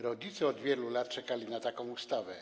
Rodzice od wielu lat czekali na taką ustawę.